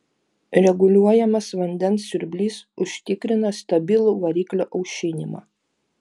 reguliuojamas vandens siurblys užtikrina stabilų variklio aušinimą